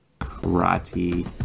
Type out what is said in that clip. Karate